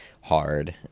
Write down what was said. hard